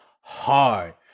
hard